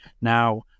Now